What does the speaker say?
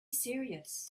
serious